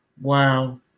wow